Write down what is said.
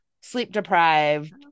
sleep-deprived